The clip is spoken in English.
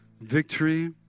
victory